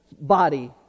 body